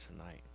tonight